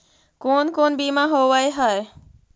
कोन कोन बिमा होवय है?